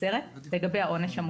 לגבי העונש המוצע